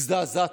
הזדעזעתי.